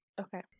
Okay